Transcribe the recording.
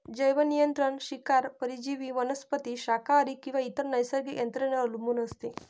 जैवनियंत्रण शिकार परजीवी वनस्पती शाकाहारी किंवा इतर नैसर्गिक यंत्रणेवर अवलंबून असते